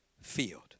field